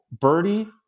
birdie